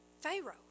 Pharaoh